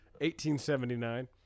1879